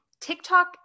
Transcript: TikTok